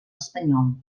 espanyol